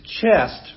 chest